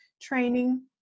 training